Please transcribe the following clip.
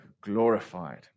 glorified